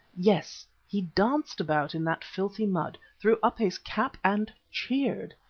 yes, he danced about in that filthy mud, threw up his cap and cheered!